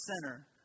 center